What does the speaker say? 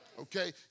Okay